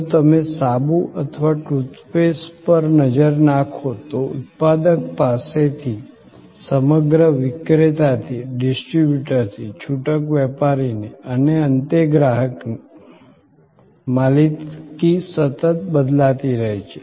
જો તમે સાબુ અથવા ટૂથ પેસ્ટ પર નજર નાખો તો ઉત્પાદક પાસેથી સમગ્ર વિક્રેતાથી ડિસ્ટ્રીબ્યુટરથી છૂટક વેપારીને અને અંતે ગ્રાહક માલિકી સતત બદલાતી રહે છે